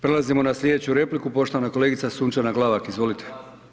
Prelazimo na sljedeću repliku, poštovana kolegica Sunčana Glavak, izvolite.